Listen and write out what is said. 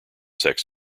sex